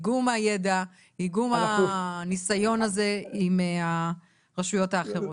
ידע והניסיון הזה עם הרשויות האחרות.